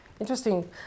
Interesting